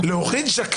ברמה כזו או אחרת.